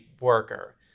worker